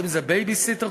אם בייביסיטר,